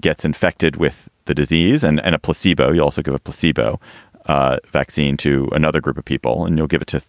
gets infected with the disease and and a placebo. you also give a placebo vaccine to another group of people and you'll give it to,